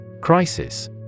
Crisis